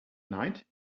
night